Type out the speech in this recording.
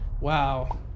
Wow